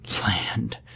Land